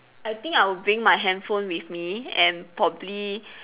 I think I would bring my handphone with me and probably